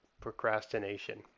procrastination